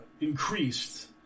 increased